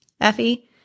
Effie